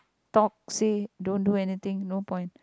talk say don't do anything no point